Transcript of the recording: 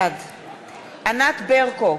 בעד ענת ברקו,